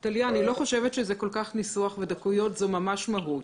אני לא חושבת שזה כל כך ניסוח ודקויות זו ממש מהות.